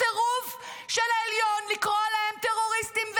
סירוב של העליון לקרוא להם טרוריסטים.